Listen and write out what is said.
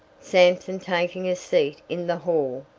sampson taking a seat in the hall,